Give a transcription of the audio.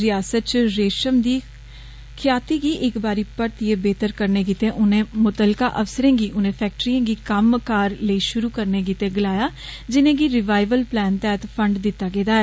रियास्त चं रेशम दी क्षाती गी इक बारी परतीये बेहतर करने गित्तै उनें मुतलका अफसरें गी उनें फैक्ट्रीयें गी कम्म कार लेई शुरू करने गित्तै गलाया जिने गी रिवाईवल प्लान तैहत फंड दित्ता गेदा ऐ